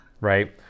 right